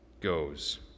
goes